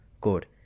good